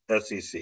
SEC